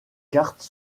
cartes